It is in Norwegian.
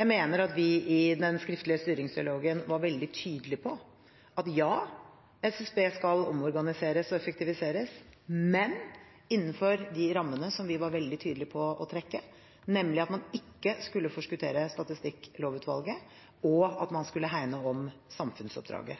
Jeg mener at vi i den skriftlige styringsdialogen var veldig tydelige på at ja, SSB skal omorganiseres og effektiviseres, men innenfor de rammene som vi var veldig tydelige på å trekke, nemlig at man ikke skulle forskuttere Statistikklovutvalget, og at man skulle hegne om samfunnsoppdraget.